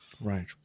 Right